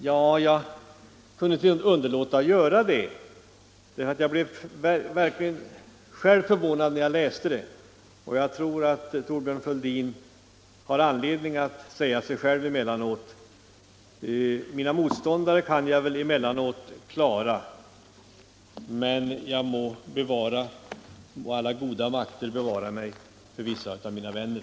Ja, jag kunde inte underlåta att göra det, eftersom jag verkligen själv blev förvånad när jag läste det. Jag tror att Thorbjörn Fälldin har anledning att säga sig själv emellanåt: Mina motståndare kan jag väl emellanåt klara, men må alla goda makter bevara mig för vissa av mina vänner.